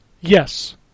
yes